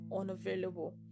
unavailable